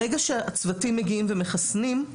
ברגע שהצוותים מגיעים ומחסנים,